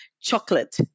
chocolate